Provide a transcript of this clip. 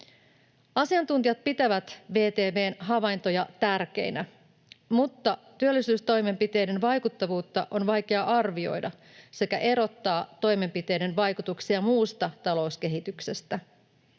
Asiantuntijat pitävät VTV:n havaintoja tärkeinä, mutta on vaikea arvioida työllisyystoimenpiteiden vaikuttavuutta sekä erottaa toimenpiteiden vaikutuksia muusta talouskehityksestä.